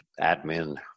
admin